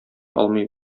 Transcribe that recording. алмый